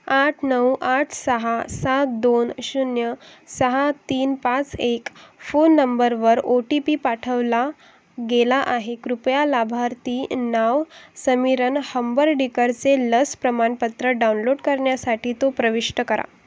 आठ नऊ आठ सहा सात दोन शून्य सहा तीन पाच एक फोन नंबरवर ओटीपी पाठवला गेला आहे कृपया लाभार्थी नाव समीरण हंबर्डीकरचे लस प्रमाणपत्र डाउनलोड करण्यासाठी तो प्रविष्ट करा